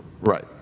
Right